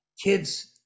Kids